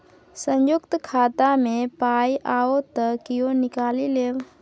संयुक्त खाता मे पाय आओत त कियो निकालि लेब